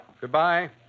Goodbye